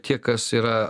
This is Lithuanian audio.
tie kas yra